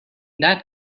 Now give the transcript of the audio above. that